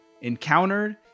encountered